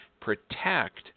protect